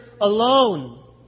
alone